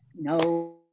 no